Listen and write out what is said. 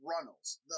Runnels